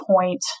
point